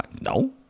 No